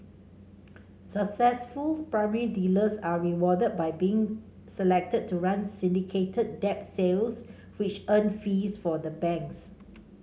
successful primary dealers are rewarded by being selected to run syndicated debt sales which earn fees for the banks